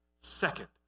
Second